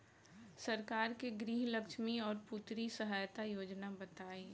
सरकार के गृहलक्ष्मी और पुत्री यहायता योजना बताईं?